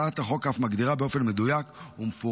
הצעת החוק אף מגדירה באופן מדויק ומפורט